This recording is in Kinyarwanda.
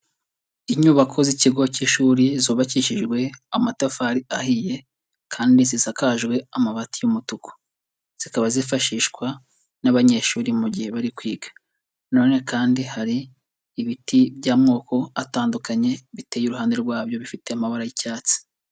Inyubako z'ikigo cy'ishuri zubakishijwe amatafari ahiye kandi zisakajwe amabati y'umutuku, zikaba zifashishwa n'abanyeshuri mu gihe bari kwiga, nanone kandi hari ibiti by'amoko atandukanye biteye iruhande rwabyo bifite amabara y'icyatsi.